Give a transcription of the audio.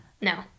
no